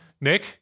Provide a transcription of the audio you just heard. Nick